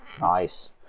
nice